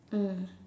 mm